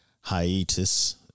hiatus